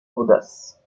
audace